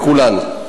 בכולן.